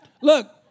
look